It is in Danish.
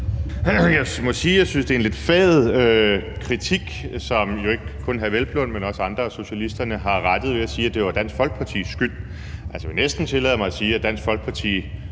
Jeg må sige, at jeg synes, det er en lidt fad kritik, som jo ikke kun hr. Peder Hvelplund, men også andre af socialisterne har rettet ved at sige, at det var Dansk Folkepartis skyld. Jeg vil næsten tillade mig at sige, at Dansk Folkeparti